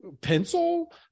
Pencil